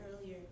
earlier